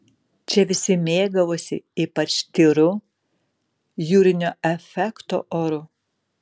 čia visi mėgavosi ypač tyru jūrinio efekto oru